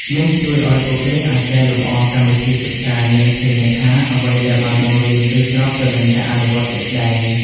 នេះជួយឱ្យពួកគេអាចកែលម្អកម្មវិធីសិក្សា និងធានាថាអ្វីដែលបានបង្រៀនគឺស្របទៅនឹងការអនុវត្តជាក់ស្តែង។